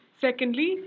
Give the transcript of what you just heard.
Secondly